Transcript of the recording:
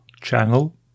channel